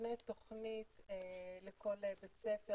נבנית תוכנית לכל בית ספר,